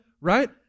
right